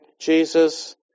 Jesus